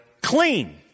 clean